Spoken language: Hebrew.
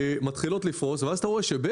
הן מתחילות לפרוס ואז אתה רואה ששנייה לאחר מכן